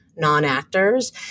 non-actors